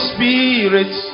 Spirit